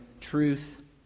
truth